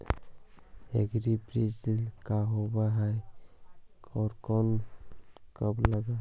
एग्रीबाजार का होब हइ और कब लग है?